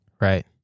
Right